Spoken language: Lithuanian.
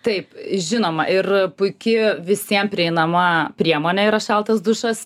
taip žinoma ir puiki visiem prieinama priemonė yra šaltas dušas